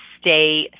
stay